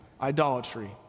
idolatry